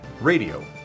Radio